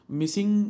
missing